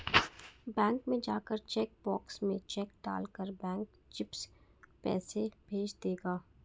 bank में जाकर cheque box में चेक डाल कर बैंक चिप्स पैसे भेज देगा